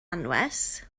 anwes